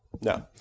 No